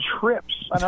trips